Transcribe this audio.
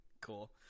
Cool